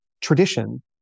tradition